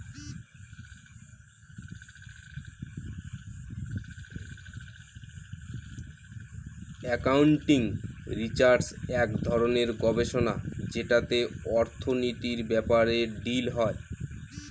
accounting research এক ধরনের গবেষণা যেটাতে অর্থনীতির ব্যাপারে ডিল হয়